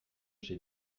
j’ai